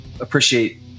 appreciate